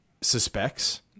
suspects